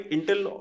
Intel